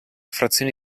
frazione